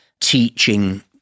teaching